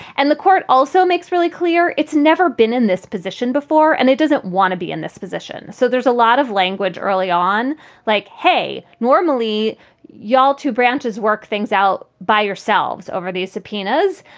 and the court also makes really clear it's never been in this position before and it doesn't want to be in this position. so there's a lot of language early on like, hey, normally y'all two branches work things out by yourselves over these subpoenas.